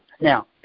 Now